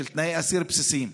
על תנאי אסיר בסיסיים.